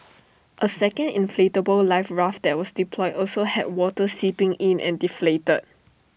A second inflatable life raft that was deployed also had water seeping in and deflated